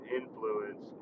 influence